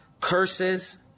curses